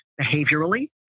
behaviorally